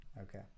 Okay